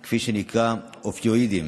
כפי שנקרא, אופיואידים,